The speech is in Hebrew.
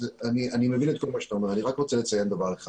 אני מבין את כל מה שאתה אומר ואני רוצה לציין דבר אחד.